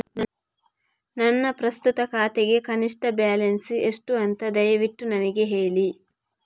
ನನ್ನ ಪ್ರಸ್ತುತ ಖಾತೆಗೆ ಕನಿಷ್ಠ ಬ್ಯಾಲೆನ್ಸ್ ಎಷ್ಟು ಅಂತ ದಯವಿಟ್ಟು ನನಗೆ ಹೇಳಿ